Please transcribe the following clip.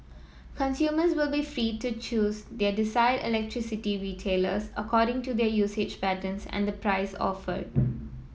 consumers will be free to choose their desired electricity retailers according to their usage patterns and the price offered